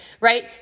right